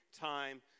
time